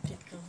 לקרוא